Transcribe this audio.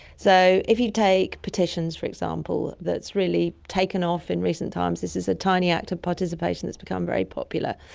so if you take petitions, for example, that's really taken off in recent times, this is a tiny act of participation that has become very popular,